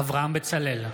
אברהם בצלאל,